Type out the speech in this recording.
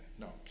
No